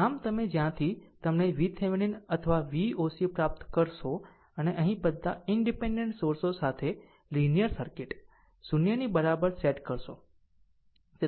આમ તમે જ્યાંથી તમને VThevenin અથવા Voc પ્રાપ્ત કરશો અને અહીં બધા ઈનડીપેનડેન્ટ સોર્સો સાથે લીનીયર સર્કિટ 0 ની બરાબર સેટ કરો